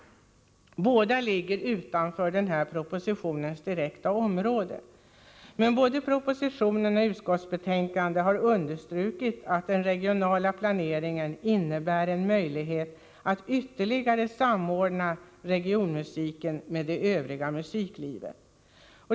Båda ligger utanför denna propositions direkta område. Men både propositionen och utskottets betänkande har understrukit att den regionala planeringen innebär en möjlighet att ytterligare samordna regionmusiken med det övriga musiklivet.